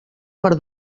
per